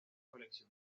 colección